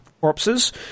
corpses